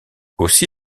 aussi